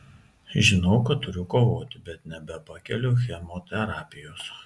žinau kad turiu kovoti bet nebepakeliu chemoterapijos